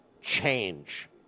change